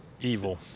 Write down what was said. Evil